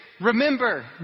Remember